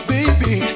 Baby